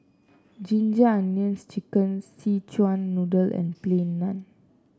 Ginger Onions chicken Szechuan Noodle and Plain Naan